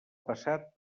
passat